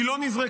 היא לא נזרקה.